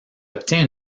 obtient